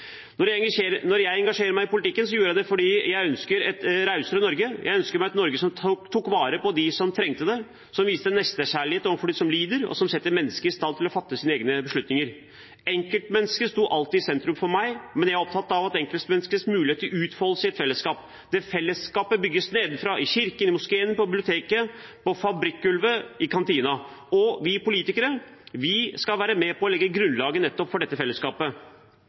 jeg engasjerte meg i politikken, gjorde jeg det fordi jeg ønsket et rausere Norge. Jeg ønsket meg et Norge som tok vare på dem som trengte det, som viste nestekjærlighet overfor dem som lider, og som setter mennesker i stand til å fatte sine egne beslutninger. Enkeltmennesket sto alltid i sentrum for meg, men det jeg var opptatt av, var enkeltmenneskets mulighet til utfoldelse i et fellesskap. Det fellesskapet bygges nedenfra, i kirken, i moskeen, på biblioteket, på fabrikkgulvet eller i kantinen, og vi politikere skal være med på å legge grunnlaget for nettopp dette fellesskapet.